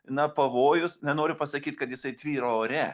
na pavojus nenoriu pasakyt kad jisai tvyro ore